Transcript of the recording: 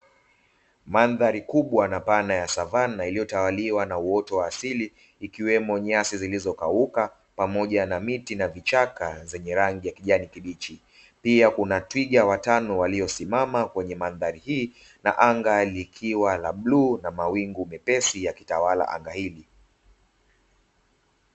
Mandhari kubwa na pana ya savanna iliyotawaliwa na uoto wa asili, ikiwemo nyasi zilizokauka pamoja na miti na vichaka zenye rangi ya kijani kibichi. Pia kuna twiga watano waliosimama kwenye mandhari hii na anga likiwa la bluu na mawingu mepesi yakitawala anga hili.